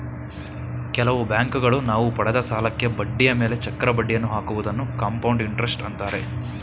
ಕೆಲವು ಬ್ಯಾಂಕುಗಳು ನಾವು ಪಡೆದ ಸಾಲಕ್ಕೆ ಬಡ್ಡಿಯ ಮೇಲೆ ಚಕ್ರ ಬಡ್ಡಿಯನ್ನು ಹಾಕುವುದನ್ನು ಕಂಪೌಂಡ್ ಇಂಟರೆಸ್ಟ್ ಅಂತಾರೆ